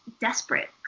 desperate